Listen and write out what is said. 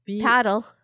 paddle